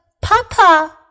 Papa